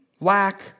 lack